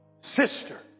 sister